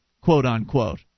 quote-unquote